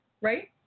Right